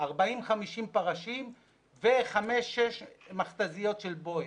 40-50 פרשים ו-5-6 מכת"זיות של בואש.